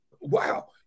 wow